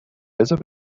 بزار